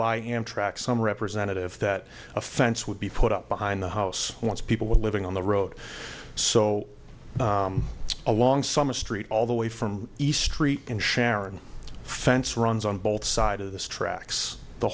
by amtrak some representative that a fence would be put up behind the house once people were living on the road so it's a long summer street all the way from east st and sharon fence runs on both side of this tracks the